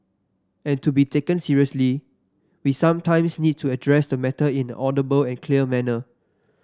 and to be taken seriously we sometimes need to address the matter in an audible and clear manner